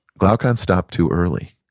glaucon stopped too early.